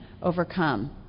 Overcome